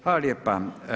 Hvala lijepa.